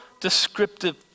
descriptive